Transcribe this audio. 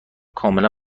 کاملا